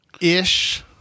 Ish